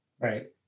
Right